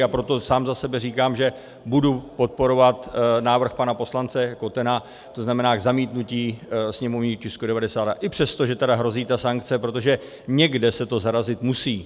A proto sám za sebe říkám, že budu podporovat návrh pana poslance Kotena, to znamená zamítnutí sněmovního tisku 92, i přesto, že hrozí ta sankce, protože někde se to zarazit musí.